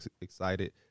excited